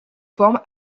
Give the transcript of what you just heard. forme